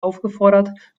aufgefordert